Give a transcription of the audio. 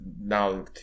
now